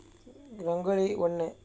rangoli